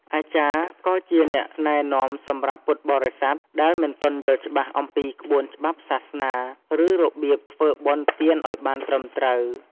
អាចារ្យក៏ជាអ្នកណែនាំសម្រាប់ពុទ្ធបរិស័ទដែលមិនទាន់យល់ច្បាស់អំពីក្បួនច្បាប់សាសនា ឬរបៀបធ្វើបុណ្យទានឱ្យបានត្រឹមត្រូវ។